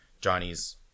Johnny's